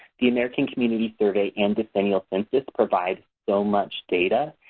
the american community survey and decennial census provide so much data.